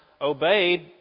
obeyed